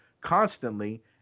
constantly